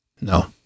No